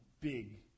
big